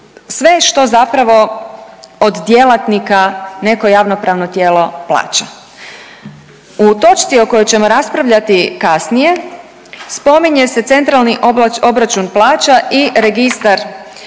sve što zapravo od djelatnika neko javnopravno tijelo plaća. U točci o kojoj ćemo raspravljati kasnije spominje se COP i registar